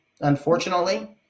Unfortunately